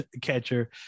catcher